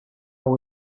will